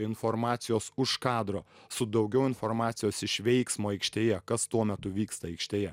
informacijos už kadro su daugiau informacijos iš veiksmo aikštėje kas tuo metu vyksta aikštėje